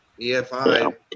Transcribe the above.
EFI